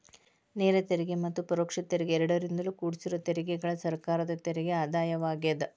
ನೇರ ತೆರಿಗೆ ಮತ್ತ ಪರೋಕ್ಷ ತೆರಿಗೆ ಎರಡರಿಂದೂ ಕುಡ್ಸಿರೋ ತೆರಿಗೆಗಳ ಸರ್ಕಾರದ ತೆರಿಗೆ ಆದಾಯವಾಗ್ಯಾದ